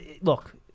look